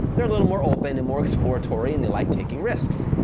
they're a little more open and more exploratory and they like taking risks.